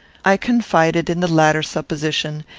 i confided in the latter supposition,